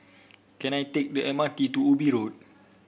can I take the M R T to Ubi Road